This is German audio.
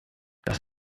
das